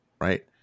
Right